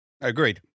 Agreed